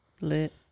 lit